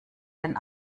den